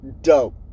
Dope